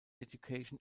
education